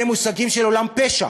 אלה מושגים של עולם פשע.